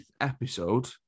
episode